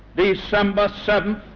december seven,